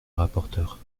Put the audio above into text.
rapporteure